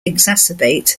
exacerbate